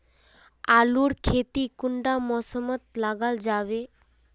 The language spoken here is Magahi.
आलूर खेती कुंडा मौसम मोत लगा जाबे?